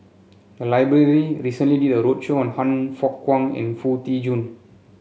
the library recently did a roadshow on Han Fook Kwang and Foo Tee Jun